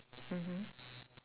mmhmm